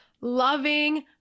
loving